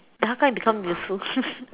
then how come I become useful